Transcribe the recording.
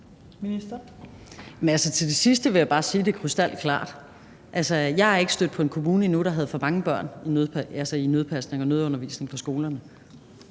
Til det sidste vil jeg bare sige krystalklart, at jeg endnu ikke er stødt på en kommune, der havde for mange børn i nødpasning og i nødundervisning på skolerne.